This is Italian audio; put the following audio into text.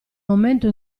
momento